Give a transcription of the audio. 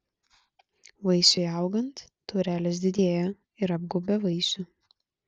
vaisiui augant taurelės didėja ir apgaubia vaisių